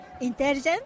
intelligent